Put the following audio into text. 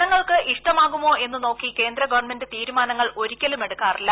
ജനങ്ങൾക്ക് ഇഷ്ടമാകുമോ എന്ന് നോക്കി കേന്ദ്രഗവൺമെന്റ് തീരുമാന്ടങ്ങൾ ഒരിക്കലും എടുക്കാറില്ല